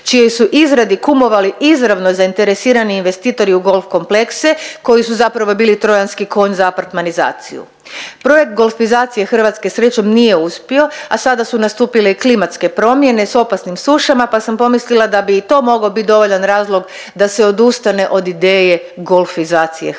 čijoj su izradi kumovali izravni zainteresirani investitori u golf komplekse koji su zapravo bili trojanski konj za apartmanizaciju. Projekt golfizacije Hrvatske srećom nije uspio, a sada su nastupile i klimatske promjene s opasnim sušama pa sam pomislila da bi i to mogao biti dovoljan razlog da se odustane od ideje golfizacije hrvatskog.